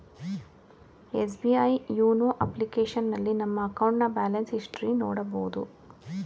SBI YONO ಅಪ್ಲಿಕೇಶನ್ನಲ್ಲಿ ನಮ್ಮ ಅಕೌಂಟ್ನ ಬ್ಯಾಲೆನ್ಸ್ ಹಿಸ್ಟರಿ ನೋಡಬೋದು